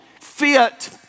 fit